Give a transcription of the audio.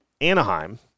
Anaheim